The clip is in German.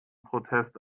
protest